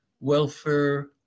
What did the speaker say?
welfare